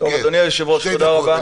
אדוני היושב-ראש, תודה רבה.